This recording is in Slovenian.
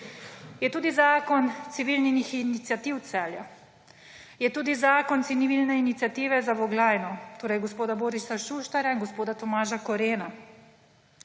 Je tudi zakon civilnih iniciativ Celja, je tudi zakon civilne iniciative Za Voglajno, torej gospoda Borisa Šuštarja in gospoda Tomaža Korena.